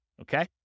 Okay